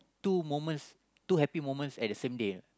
two moments two happy moments at the same day ah